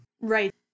Right